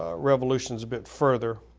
ah revolutions a bit further.